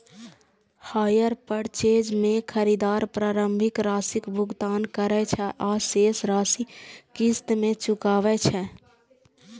hire purchase मे खरीदार प्रारंभिक राशिक भुगतान करै छै आ शेष राशि किस्त मे चुकाबै छै